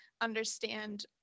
understand